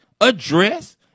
address